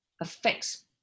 affects